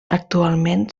actualment